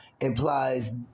implies